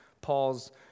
Paul's